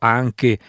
anche